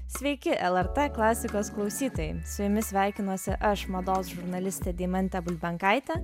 sveiki lrt klasikos klausytojai su jumis sveikinuosi aš mados žurnalistė deimantė bulbenkaitė